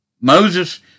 Moses